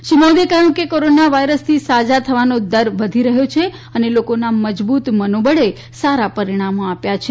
શ્રી મોદીએ કહ્યું કે કોરોના વાયરસથી સાજા થવાનો દર વધી રહયો છે અને લોકોના મજબૂત મનોબળે સારા પરીણામો આપ્યા છે